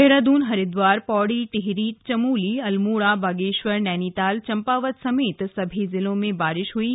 देहरादून हरिद्वार पौड़ी टिहरी चमोली अल्मोड़ा बागेश्वर नैनीताल चंपावत समेत सभी जिलों में बारिश हुई है